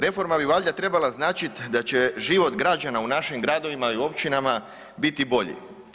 Reforma bi valjda trebala značit da će život građana u našim gradovima i općinama biti bolji.